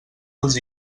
els